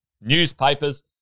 newspapers